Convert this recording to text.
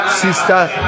sister